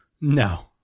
No